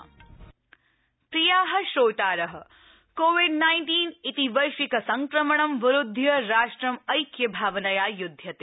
Covid opening प्रियाः श्रोतारः Covid nineteen इति वैश्विक संक्रमणं विरुध्य राष्ट्रं ऐक्यभावनया युध्यते